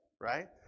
right